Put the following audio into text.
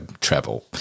travel